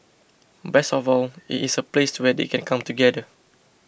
best of all it is a place where they can come together